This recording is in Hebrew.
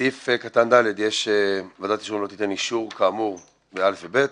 בסעיף קטן (ד) ועדת אישורים לא תיתן אישור כאמור ב-(א) ו-(ב).